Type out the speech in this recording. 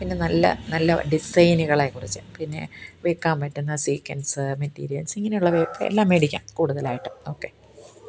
പിന്നെ നല്ല നല്ല ഡിസൈനുകളെ കുറിച്ച് പിന്നെ വയ്ക്കാന് പറ്റുന്ന സീക്കെന്സ് മെറ്റീരിയല്സ് ഇങ്ങനെയുള്ളവയൊക്കെ എല്ലാം മേടിക്കാം കൂടുതലായിട്ട് ഓക്കെ